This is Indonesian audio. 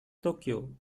tokyo